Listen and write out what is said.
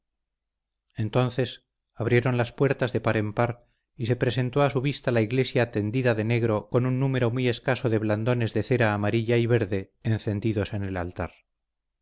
entonces abrieron las puertas de par en par y se presentó a su vista la iglesia tendida de negro con un número muy escaso de blandones de cera amarilla y verde encendidos en el altar